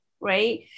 right